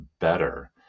better